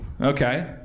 Okay